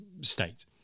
state